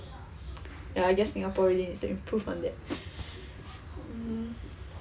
ya I guess singaporeans need to improve on that hmm